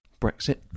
Brexit